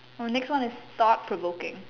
oh next one is thought provoking